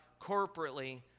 corporately